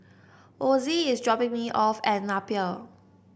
Osie is dropping me off at Napier